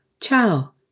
ciao